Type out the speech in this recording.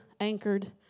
anchored